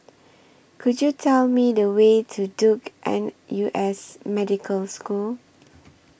Could YOU Tell Me The Way to Duke N U S Medical School